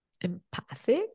empathic